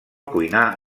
cuinar